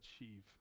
achieve